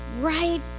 right